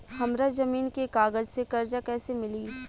हमरा जमीन के कागज से कर्जा कैसे मिली?